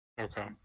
Okay